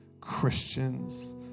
Christians